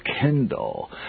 kindle